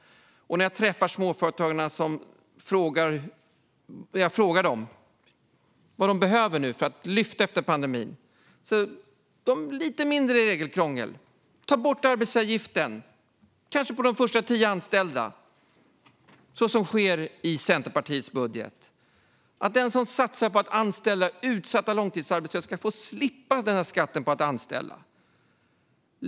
När jag träffar småföretagarna och frågar dem vad de nu behöver för att lyfta efter pandemin svarar de att de vill ha lite mindre regelkrångel. De vill ha lägre arbetsgivaravgifter, kanske borttagen arbetsgivaravgift för de första tio anställda, som i Centerpartiets budget. Den som satsar på att anställa utsatta långtidsarbetslösa ska få slippa den här skatten på att anställa.